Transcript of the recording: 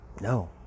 no